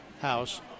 house